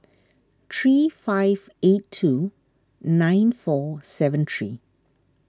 three five eight two nine four seven three